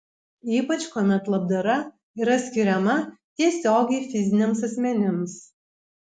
ypač kuomet labdara yra skiriama tiesiogiai fiziniams asmenims